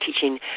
teaching